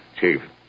Chief